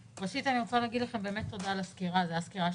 אני רוצה להגיד לכם באמת תודה על הסקירה הטובה,